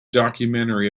documentary